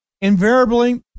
Invariably